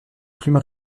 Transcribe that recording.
plumes